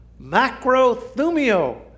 macrothumio